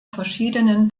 verschiedenen